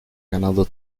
ganado